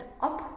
up